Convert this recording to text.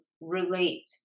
relate